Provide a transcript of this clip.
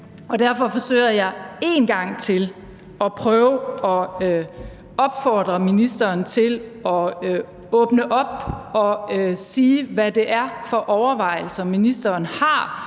Derfor forsøger jeg én gang til at prøve at opfordre ministeren til at åbne op og sige, hvad det er for overvejelser, ministeren har,